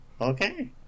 Okay